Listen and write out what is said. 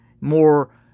more